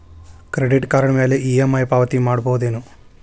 Credit card ಮ್ಯಾಲೆ EMI ಪಾವತಿ ಮಾಡ್ಬಹುದೇನು?